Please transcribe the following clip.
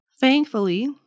Thankfully